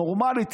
נורמלית,